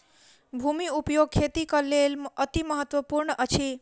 भूमि उपयोग खेतीक लेल अतिमहत्त्वपूर्ण अछि